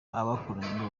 abakoranye